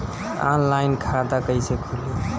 Online खाता कईसे खुलि?